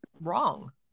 wrong